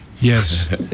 Yes